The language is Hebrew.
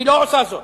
היא לא עושה זאת.